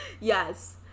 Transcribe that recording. yes